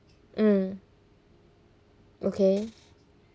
mm okay